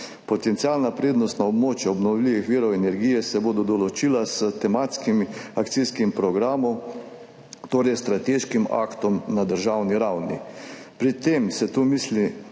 Potencialna prednostna območja obnovljivih virov energije se bodo določila s tematskim akcijskim programom, torej s strateškim aktom na državni ravni. Pri tem se tu misli